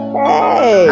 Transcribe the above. hey